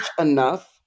enough